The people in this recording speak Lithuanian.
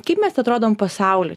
kaip mes atrodom pasauly